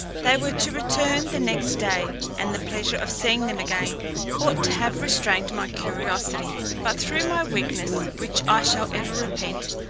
they were to return the next day, and the pleasure of seeing them again ought to have restrained my curiosity but through my weakness, which i shall ever repent,